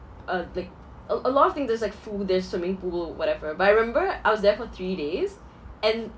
uh like al~ a lot of things there's like food there's swimming pool whatever but I remember I was there for three days and